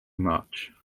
much